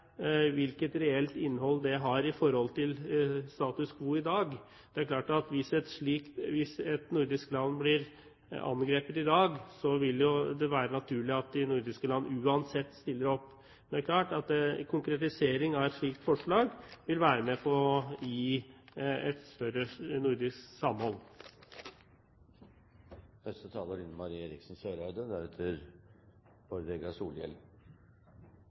hvilket reelt innhold det har i forhold til status quo i dag. Det er klart at hvis et nordisk land blir angrepet i dag, vil det jo være naturlig at de nordiske land uansett stiller opp. Det er klart at en konkretisering av et slikt forslag vil være med på å gi et større nordisk samhold.